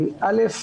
א.